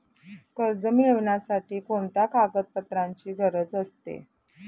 कर्ज मिळविण्यासाठी कोणत्या कागदपत्रांची गरज असते?